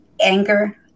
anger